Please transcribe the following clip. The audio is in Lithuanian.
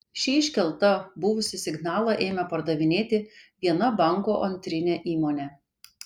ši iškelta buvusį signalą ėmė pardavinėti viena banko antrinė įmonė